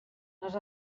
les